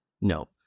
No